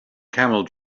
camel